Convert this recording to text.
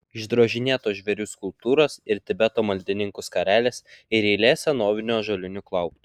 išdrožinėtos žvėrių skulptūros ir tibeto maldininkų skarelės ir eilė senovinių ąžuolinių klauptų